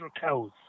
cows